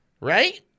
Right